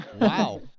Wow